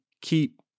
keep